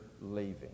leaving